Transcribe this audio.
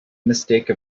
mistake